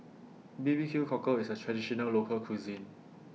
B B Q Cockle IS A Traditional Local Cuisine